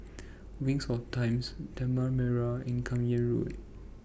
Wings of Times Tanah Merah and Kim Yam Road